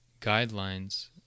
guidelines